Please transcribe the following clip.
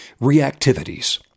reactivities